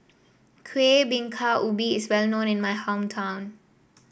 Kueh Bingka Ubi is well known in my hometown